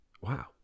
Wow